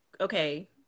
okay